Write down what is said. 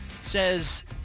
says